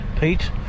Pete